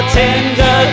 tender